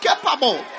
capable